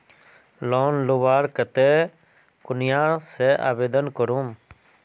Loan लुबार केते कुनियाँ से आवेदन करूम?